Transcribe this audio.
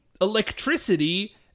electricity